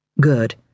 Good